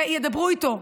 וידברו איתו,